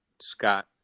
Scott